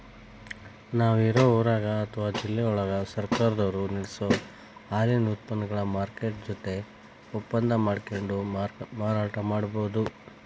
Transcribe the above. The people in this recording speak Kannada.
ನಾವ್ ಇರೋ ಊರಾಗ ಅತ್ವಾ ಜಿಲ್ಲೆವಳಗ ಸರ್ಕಾರದವರು ನಡಸೋ ಹಾಲಿನ ಉತ್ಪನಗಳ ಮಾರ್ಕೆಟ್ ಜೊತೆ ಒಪ್ಪಂದಾ ಮಾಡ್ಕೊಂಡು ಮಾರಾಟ ಮಾಡ್ಬಹುದು